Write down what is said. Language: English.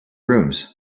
rooms